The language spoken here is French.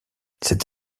cette